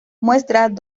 muestran